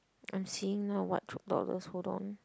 I'm seeing now what hold on